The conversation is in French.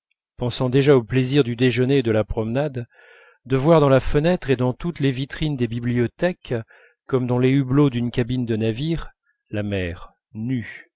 pensant déjà au plaisir du déjeuner et de la promenade de voir dans la fenêtre et dans toutes les vitrines des bibliothèques comme dans les hublots d'une cabine de navire la mer nue